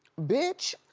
bitch.